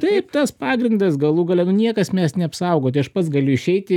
taip tas pagrindas galų gale nu niekas neapsaugo tai aš pats galiu išeiti